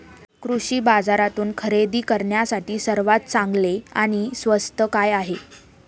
कृषी बाजारातून खरेदी करण्यासाठी सर्वात चांगले आणि स्वस्त काय आहे?